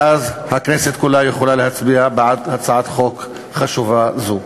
ואז הכנסת כולה יכולה להצביע בעד הצעת חוק חשובה זו.